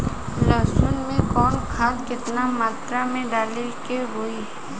लहसुन में कवन खाद केतना मात्रा में डाले के होई?